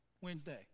Wednesday